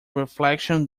reflection